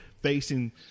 facing